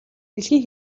дэлхийн